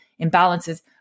imbalances